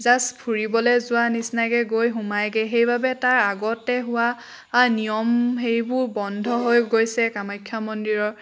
just ফুৰিবলৈ যোৱাৰ নিচিনাকৈ গৈ সোমায়গে সেইবাবে তাৰ আগতে হোৱা নিয়ম সেইবোৰ বন্ধ হৈ গৈছে কামাখ্যা মন্দিৰৰ